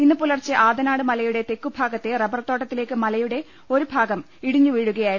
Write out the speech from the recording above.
ഇന്ന് പുലർച്ചെ ആതനാട് മലയുടെ തെക്കു ഭാഗത്തെ റബ്ബർ തോട്ടത്തിലേക്ക് മലയുടെ ഒരു ഭാഗം ഇടിഞ്ഞു വീഴുകയായിരുന്നു